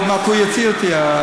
חבר'ה, עוד מעט הוא יוציא אותי.